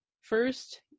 First